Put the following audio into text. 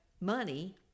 money